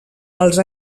els